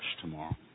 tomorrow